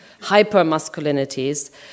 hyper-masculinities